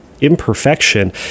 imperfection